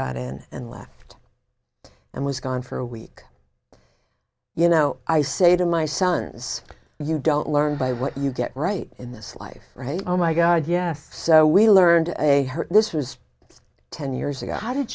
in and left and was gone for a week you know i say to my sons you don't learn by what you get right in this life oh my god yeah so we learned a this was ten years ago how did